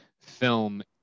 film